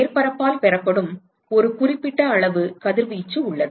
மேற்பரப்பால் பெறப்படும் ஒரு குறிப்பிட்ட அளவு கதிர்வீச்சு உள்ளது